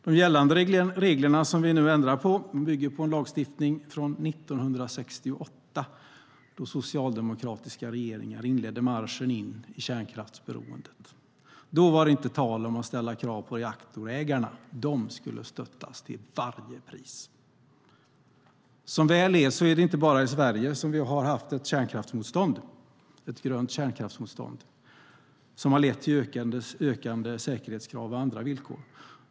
De gällande reglerna, som vi nu ändrar på, bygger på en lagstiftning från 1968, då den socialdemokratiska regeringen inledde marschen in i kärnkraftsberoendet. Då var det inte tal om att ställa krav på reaktorägarna. De skulle stöttas till varje pris! Som väl är så är det inte bara vi i Sverige som har haft ett grönt kärnkraftsmotstånd som har lett till ökande säkerhetskrav och andra villkor.